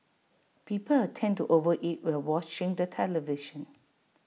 people tend to over eat while watching the television